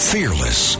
Fearless